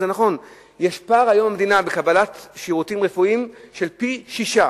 ואם זה נכון יש היום במדינה פער בקבלת שירותים רפואיים של פי-שישה